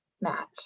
match